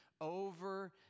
over